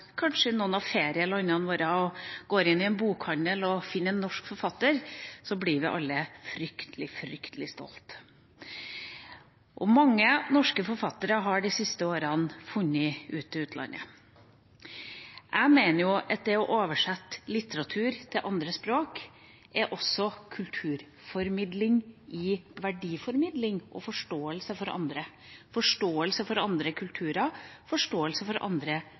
i noen av ferielandene våre går inn i en bokhandel og finner en bok av en norsk forfatter, blir vi fryktelig stolte. Og mange norske forfattere har de siste årene funnet veien til utlandet. Jeg mener at det å oversette litteratur til andre språk også er kulturformidling – gjennom verdiformidling og forståelse for andre, forståelse for andre kulturer, forståelse for andre